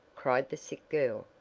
cried the sick girl.